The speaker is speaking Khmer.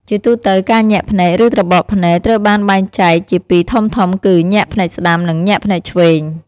ជាទូទៅ ការញាក់ភ្នែក ឬត្របកភ្នែកត្រូវបានបែងចែកជាពីរធំៗ គឺ ញាក់ភ្នែកស្តាំ និងញាក់ភ្នែកឆ្វេង។